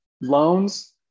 loans